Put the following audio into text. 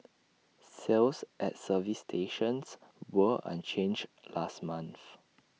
sales at service stations were unchanged last month